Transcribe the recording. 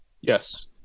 Yes